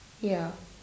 ya